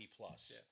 plus